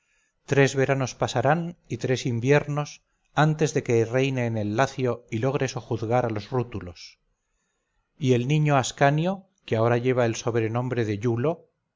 tres veranos pasarán y tres inviernos antes de que reine en el lacio y logre sojuzgar a los rútulos y el niño ascanio que ahora lleva el sobrenombre de iulo